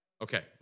Okay